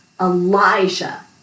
Elijah